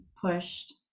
pushed